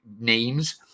names